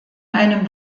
einem